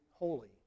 Holy